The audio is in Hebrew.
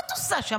מה את עושה שם?